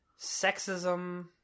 Sexism